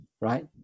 right